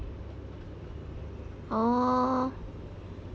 oh